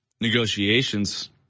negotiations